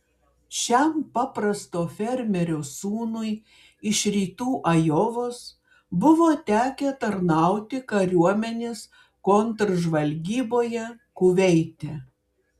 šiam paprasto fermerio sūnui iš rytų ajovos buvo tekę tarnauti kariuomenės kontržvalgyboje kuveite